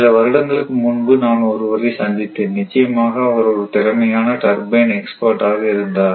சில வருடங்களுக்கு முன்பு நான் ஒருவரை சந்தித்தேன் நிச்சயமாக அவர் ஒரு திறமையான டர்பைன் எக்ஸ்பர்ட் ஆக இருந்தார்